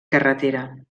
carretera